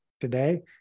today